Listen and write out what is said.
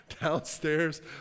downstairs